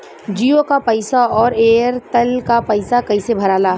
जीओ का पैसा और एयर तेलका पैसा कैसे भराला?